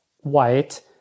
white